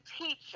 teacher